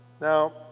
Now